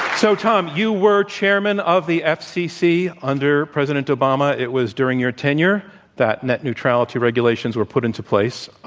so, tom, you were chairman of the fcc under president obama. it was during your tenure that net neutrality regulations were put into place.